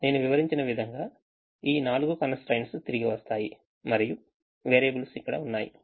నేను వివరించిన విధంగా ఈ నాలుగు constraints తిరిగి వస్తాయి మరియు వేరియబుల్స్ ఇక్కడ ఉన్నాయి